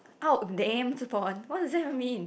out damn spot what does that mean